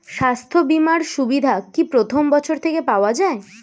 স্বাস্থ্য বীমার সুবিধা কি প্রথম বছর থেকে পাওয়া যায়?